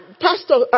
Pastor